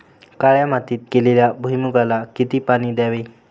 काळ्या मातीत केलेल्या भुईमूगाला किती पाणी द्यावे?